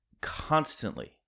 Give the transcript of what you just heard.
constantly